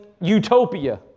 utopia